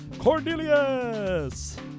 Cornelius